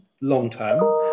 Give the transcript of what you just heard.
long-term